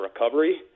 recovery